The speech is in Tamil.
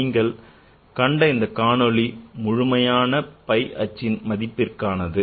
நீங்கள் கண்ட இந்த காணொளி முழுமையான phi அச்சின் அமைப்பிற்கானது